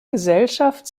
gesellschaft